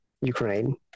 Ukraine